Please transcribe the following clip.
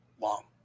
long